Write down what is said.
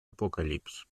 apocalypse